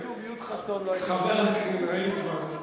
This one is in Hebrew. אם היה כתוב "י' חסון" לא היית יודע.